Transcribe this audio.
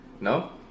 no